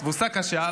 תבוסה קשה.